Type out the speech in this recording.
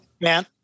Man